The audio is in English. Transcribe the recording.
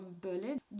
Berlin